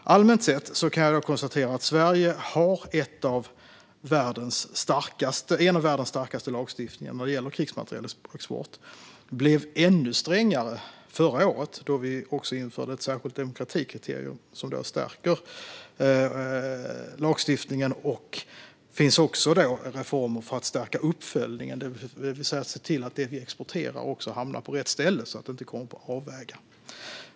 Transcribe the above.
Allmänt sett kan jag konstatera att Sverige har en av världens starkaste lagstiftningar när det gäller krigsmaterielexport. Den blev ännu strängare förra året, då vi även införde ett särskilt demokratikriterium som stärker lagstiftningen. Det finns också reformer för att uppföljningen ska stärkas, det vill säga att vi ska se till att det vi exporterar hamnar på rätt ställe och inte kommer på avvägar.